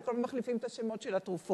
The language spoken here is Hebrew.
כי לפעמים מחליפים את השמות של התרופות,